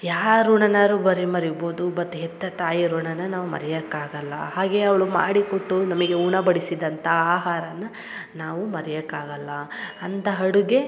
ಯಾರು ಋಣನಾರು ಬರಿ ಮರಿಬೋದು ಬತ್ ಹೆತ್ತ ತಾಯಿ ಋಣನ ನಾವು ಮರಿಯಕ್ಕಾಗಲ್ಲ ಹಾಗೆ ಅವಳು ಮಾಡಿ ಕೊಟ್ಟು ನಮಗೆ ಉಣ ಬಡಿಸಿದಂಥ ಆಹಾರನ ನಾವು ಮರಿಯಕ್ಕಾಗಲ್ಲ ಅಂತ ಅಡುಗೆ